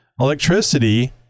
electricity